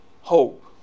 hope